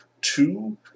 two